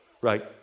right